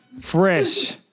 fresh